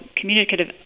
communicative